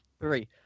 three